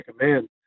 recommend